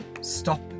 stop